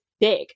big